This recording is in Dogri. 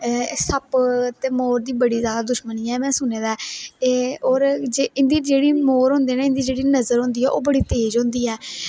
सप्प ते मोर दी बड़ी ज्यादा दुश्मनी ऐ में सुने दा ऐ एह् ओर इंदी जेहड़ी मोर होंदे ना इंदी जेहड़ी नजर होंदी ऐ ओह् बड़ी तेज होंदी ऐ